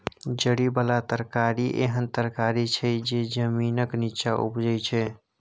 जरि बला तरकारी एहन तरकारी छै जे जमीनक नींच्चाँ उपजै छै